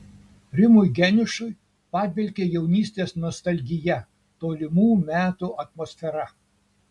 rimui geniušui padvelkia jaunystės nostalgija tolimų metų atmosfera